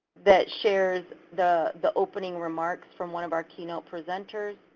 that shares the the opening remarks from one of our keynote presenters,